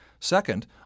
Second